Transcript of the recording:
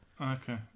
Okay